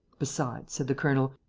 besides, said the colonel,